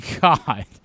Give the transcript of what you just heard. God